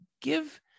give